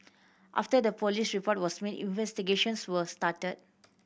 after the police report was made investigations were started